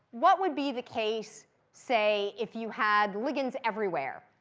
what would be the case, say, if you had ligands everywhere?